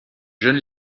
jeune